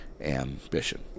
Ambition